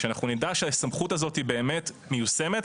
שנדע שהסמכות הזאת היא באמת מסוימת,